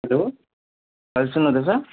hello हजुर सुन्नुहुँदैछ